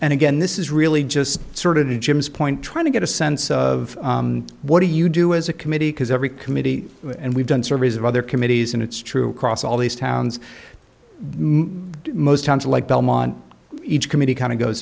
and again this is really just sort of the jim's point trying to get a sense of what do you do as a committee because every committee and we've done surveys of other committees and it's true across all these towns most towns like belmont each committee kind of goes